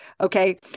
okay